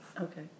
Okay